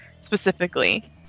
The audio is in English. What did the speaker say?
specifically